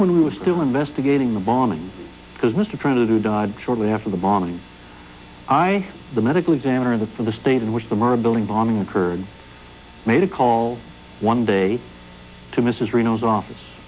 when we were still investigating the bombing business of trying to do died shortly after the bombings i the medical examiner that for the state in which them are building bombing occurred made a call one day to mrs reno's office